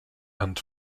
and